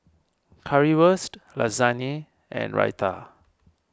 Currywurst Lasagne and Raita